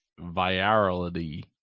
virality